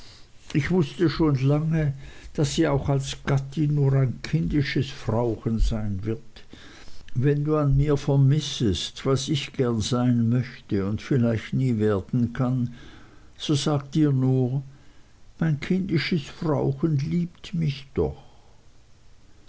ich wußte schon lange daß sie auch als gattin nur ein kindisches frauchen sein wird wenn du an mir vermissest was ich gern sein möchte und vielleicht nie werden kann so sag dir nur mein kindisches frauchen liebt mich doch